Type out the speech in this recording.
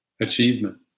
achievement